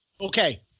Okay